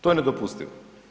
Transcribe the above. To je nedopustivo.